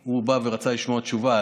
הוא בא ורצה לשמוע תשובה.